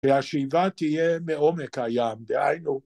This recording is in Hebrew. ‫והשאיבה תהיה מעומק הים, דהיינו.